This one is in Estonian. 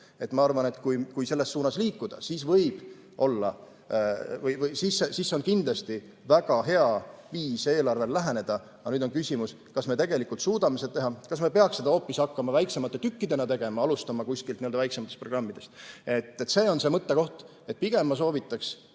Ma arvan, et kui selles suunas liikuda, siis see on kindlasti väga hea viis eelarvele läheneda. Aga nüüd on küsimus, kas me tegelikult suudame seda teha, kas me peaks seda hoopis hakkama väiksemate tükkidena tegema, alustama kuskilt väiksematest programmidest. See on see mõttekoht. Pigem ma soovitaks,